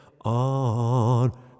on